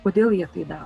kodėl jie tai daro